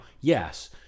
yes